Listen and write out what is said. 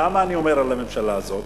למה אני אומר על הממשלה הזאת?